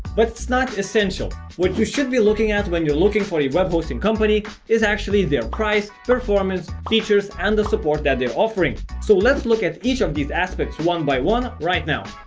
but it's not essential, what you should be looking at when you're looking for a web hosting company is actually their price, performance, features and the support that they are offering. so let's look at each of these aspects one by one right now.